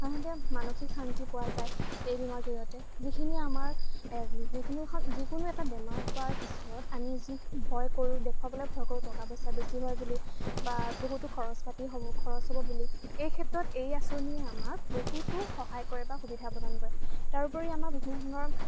সাধাৰণতে মানসিক শান্তি পোৱা যায় এই বীমাৰ জৰিয়তে যিখিনি আমাৰ যিকোনো যিকোনো এটা বেমাৰ হোৱাৰ পিছত আমি যি ভয় কৰোঁ দেখুৱাবলৈ ভয় কৰোঁ টকা পইচা বেছি হয় বুলি বা বহুতো খৰচ পাতি হ'ব খৰচ হ'ব বুলি এই ক্ষেত্ৰত এই আঁচনিয়ে আমাক বহুতো সহায় কৰে বা সুবিধা প্ৰদান কৰে তাৰোপৰি আমাৰ বিভিন্ন ধৰণৰ